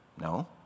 No